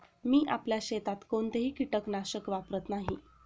मी आपल्या शेतात कोणतेही कीटकनाशक वापरत नाही